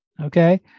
Okay